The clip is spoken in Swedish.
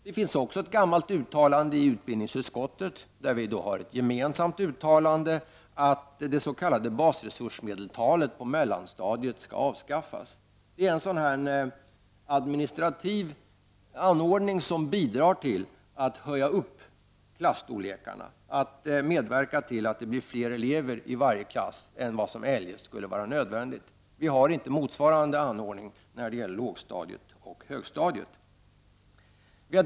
Det finns också ett gemensamt uttalande i utbildningsutskottet att det s.k. basresursmedeltalet på mellanstadiet skall avskaffas. Det är en administrativ anordning som bidrar till att öka klasstorleken, dvs. medverka till att det blir fler elever i varje klass än vad som eljest skulle vara nödvändigt. Det finns ingen motsvarande anordning när det gäller lågoch högstadiet.